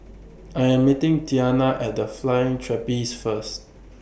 I Am meeting Tiana At The Flying Trapeze First